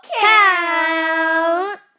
count